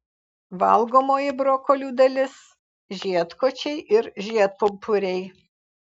valgomoji brokolių dalis žiedkočiai ir žiedpumpuriai